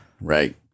Right